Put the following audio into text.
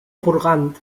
purgant